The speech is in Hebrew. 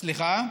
סליחה?